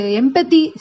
empathy